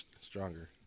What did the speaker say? stronger